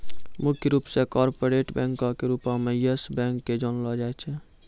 मुख्य रूपो से कार्पोरेट बैंको के रूपो मे यस बैंक के जानलो जाय छै